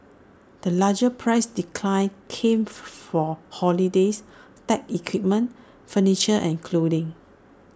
the larger price declines came for holidays tech equipment furniture and clothing